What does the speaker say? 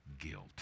guilt